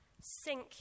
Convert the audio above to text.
Sink